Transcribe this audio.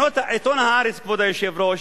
עיתון "הארץ", כבוד היושב-ראש,